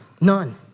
none